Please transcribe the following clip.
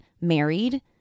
married